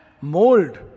mold